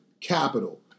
Capital